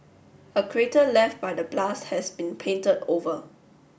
a crater left by the blast has been painted over